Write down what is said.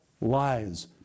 lies